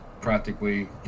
practically